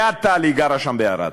את, טלי, גרה שם בערד.